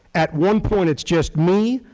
at one point, it's just me,